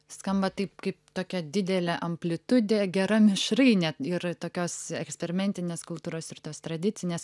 skamba taip kaip tokia didelė amplitudė gera mišrainė ir tokios eksperimentinės kultūros ir tos tradicinės